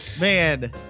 man